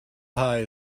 pie